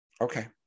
Okay